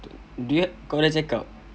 dia kau dah check up